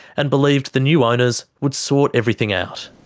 and believed the new owners would sort everything out.